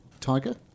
Tiger